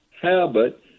habit